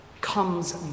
comes